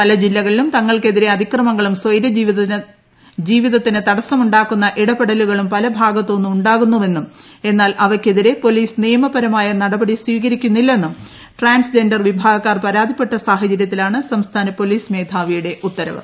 പല് ജില്ലകളിലും തങ്ങൾക്ക് എതിരെ അതിക്രമങ്ങളും സ്വൈരജീവിതത്തിന് തടസ്സം ഉണ്ടാക്കുന്ന ഇടപെടലുകളും പലഭാഗത്തുനിന്നും ഉണ്ടാകുന്നുവെന്നും എന്നാൽ അവയ്ക്കെതിരെ പോലീസ് നിയമപരമായ നടപടി സ്വീകരിക്കുന്നില്ലെന്നും ട്രാൻസ്ജെൻഡർ വിഭാഗക്കാർ പരാതിപ്പെട്ട സംസ്ഥാന പോലീസ് സാഹചര്യത്തിലാണ് മേധാവിയുടെ ഉത്തരവ്